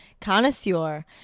connoisseur